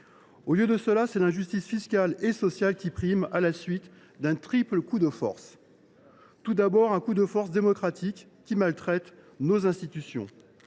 que c’est l’injustice fiscale et sociale qui prime, à la suite d’un triple coup de force. Il s’agit tout d’abord d’un coup de force démocratique, qui maltraite nos institutions.